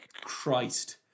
Christ